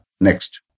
Next